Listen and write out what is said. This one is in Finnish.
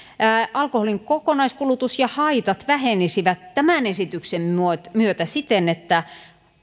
alkoholin kokonaiskulutus ja haitat vähenisivät tämän esityksen myötä siten että